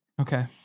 Okay